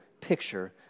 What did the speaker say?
picture